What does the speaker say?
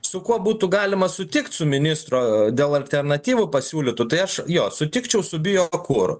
su kuo būtų galima sutikt su ministro dėl alternatyvų pasiūlytų tai aš jo sutikčiau su biokuru